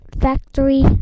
Factory